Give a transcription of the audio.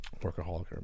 Workaholic